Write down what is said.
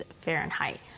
Fahrenheit